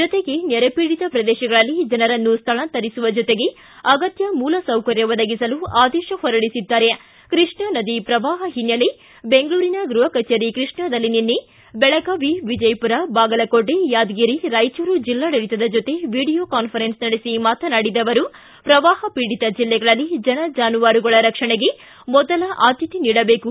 ಜೊತೆಗೆ ನೆರೆ ಪೀಡಿತ ಪ್ರದೇಶಗಳಲ್ಲಿ ಜನರನ್ನು ಸ್ಥಳಾಂತರಿಸುವ ಜತೆಗೆ ಅಗತ್ಯ ಮೂಲಸೌಕರ್ಯ ಒದಗಿಸಲು ಆದೇಶ ಹೊರಡಿಸಿದ್ದಾರೆ ಕೃಷ್ಣಾ ನದಿ ಪ್ರವಾಹ ಹಿನ್ನೆಲೆ ಬೆಂಗಳೂರಿನ ಗೃಹ ಕಚೇರಿ ಕೃಷ್ಣಾದಲ್ಲಿ ನಿನ್ನೆ ಬೆಳಗಾವಿ ವಿಜಯಪುರ ಬಾಗಲಕೋಟೆ ಯಾದಗಿರಿ ರಾಯಚೂರು ಜಿಲ್ಡಾಡಳಿತದ ಜತೆ ವಿಡಿಯೋ ಕಾನ್ಸರನ್ನ್ ನಡೆಸಿ ಮಾತನಾಡಿದ ಅವರು ಪ್ರವಾಹ ಪೀಡಿತ ಬೆಲ್ಲೆಗಳಲ್ಲಿ ಜನ ಜಾನುವಾರುಗಳ ರಕ್ಷಣೆಗೆ ಮೊದಲ ಆದ್ಯತೆ ನೀಡಬೇಕು